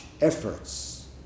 efforts